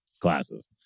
classes